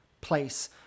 place